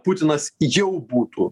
putinas jau būtų